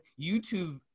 YouTube